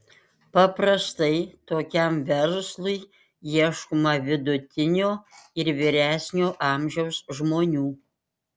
paprastai tokiam verslui ieškoma vidutinio ir vyresnio amžiaus žmonių